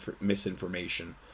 misinformation